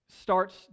starts